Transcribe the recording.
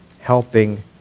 helping